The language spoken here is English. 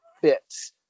fits